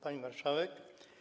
Pani Marszałek!